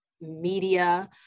media